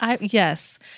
yes